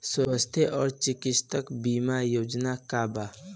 स्वस्थ और चिकित्सा बीमा योजना का बा?